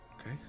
Okay